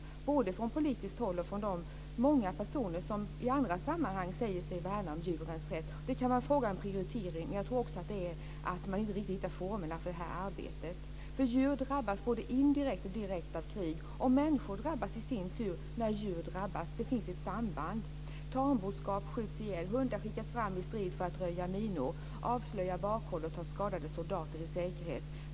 Det gäller både från politiskt håll och från de många människor som i andra sammanhang säger sig värna djurens rätt. Det kan vara fråga om prioriteringar, men jag tror också att man inte riktigt hittar formerna för det här arbetet. Djur drabbas både indirekt och direkt av krig. Människor drabbas i sin tur när djur drabbas, det finns ett samband. Tamboskap skjuts ihjäl. Hundar skickas fram i strid för att röja minor, avslöja bakhåll och föra skadade soldater i säkerhet.